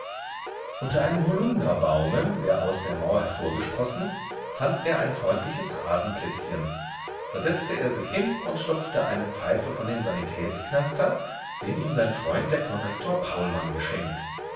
unter einem holunderbaume der aus der mauer hervorgesprossen fand er ein freundliches rasenplätzchen da setzte er sich hin und stopfte eine pfeife von dem sanitätsknaster den ihm sein freund der konrektor paulmann geschenkt